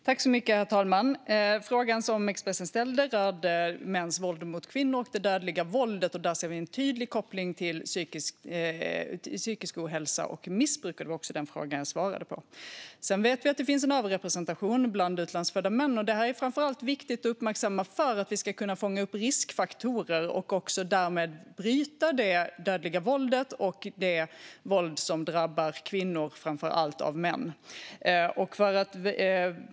Herr talman! Frågan som Expressen ställde rörde mäns våld mot kvinnor och det dödliga våldet. Där ser vi en tydlig koppling till psykisk ohälsa och missbruk. Det var också den frågan jag svarade på. Vi vet dock att det finns en överrepresentation bland utlandsfödda män. Det här är framför allt viktigt att uppmärksamma för att vi ska kunna fånga upp riskfaktorer och därmed också kunna bryta det dödliga våldet och det våld av män som framför allt drabbar kvinnor.